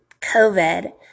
COVID